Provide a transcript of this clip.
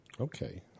Okay